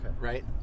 Right